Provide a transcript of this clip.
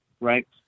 Right